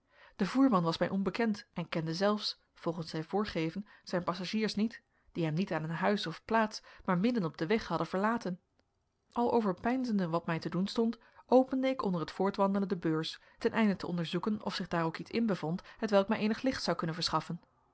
de voerman was mij onbekend en kende zelfs volgens zijn voorgeven zijn passagiers niet die hem niet aan een huis of plaats maar midden op weg hadden verlaten al overpeinzende wat mij te doen stond opende ik onder het voortwandelen de beurs ten einde te onderzoeken of zich daar ook iets in bevond hetwelk mij eenig licht zou kunnen verschaffen